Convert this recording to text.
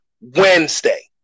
Wednesday